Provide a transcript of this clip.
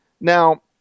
Now